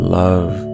love